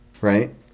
right